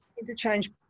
interchange